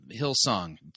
Hillsong